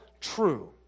true